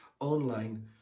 online